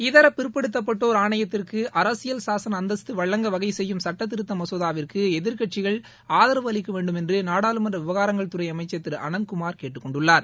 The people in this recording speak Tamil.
இதர பிற்படுத்தப்பட்டோர் ஆணையத்திற்கு அரசியல் சாசன அந்தஸ்து வழங்க வகைசெய்யும் சட்டதிருத்த மசோதாவிற்கு எதிர்கட்சிகள் ஆதரவு அளிக்க வேண்டும் என்று நாடாளுமன்ற விவகாரங்கள்துறை அமைச்ச் திரு அனந்த்குமார் கேட்டுக்கொண்டுள்ளார்